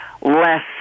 less